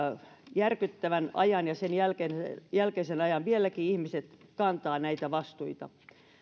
järkyttävän ajan ja sen jälkeisen ajan vieläkin ihmiset kantavat näitä vastuita